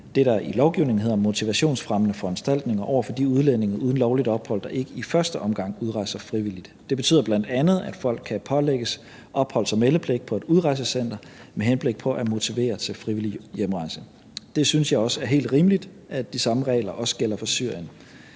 det, der i lovgivningen hedder motivationsfremmende foranstaltninger over for de udlændinge uden lovligt ophold, der ikke i første omgang udrejser frivilligt. Det betyder bl.a., at folk kan pålægges opholds- og meldepligt på et udrejsecenter med henblik på at motivere til frivillig hjemrejse, og jeg synes, det er helt rimeligt, at de samme regler også gælder for Syrien.